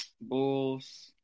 Bulls